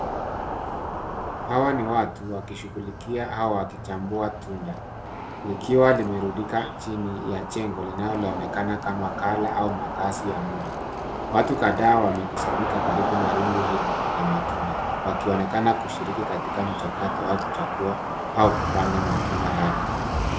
Hawa ni watu wakishughulikia au wakichambua tunda likiwa imerundika chini ya jengo linaloonekana kama ghala au makazi ya muda. Watu kadhaa wamekusanyika karibu na rundo hilo la matunda wakionekana kushiriki katika mchakato wa kuchagua au kupanda matunda hayo.